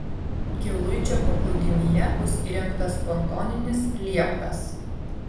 giluičio paplūdimyje bus įrengtas pontoninis lieptas